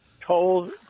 told